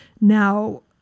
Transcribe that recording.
Now